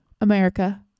america